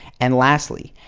and lastly,